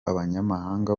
abanyamahanga